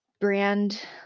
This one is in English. brand